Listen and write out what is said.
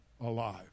alive